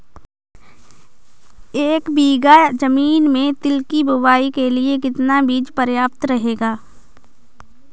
एक बीघा ज़मीन में तिल की बुआई के लिए कितना बीज प्रयाप्त रहेगा?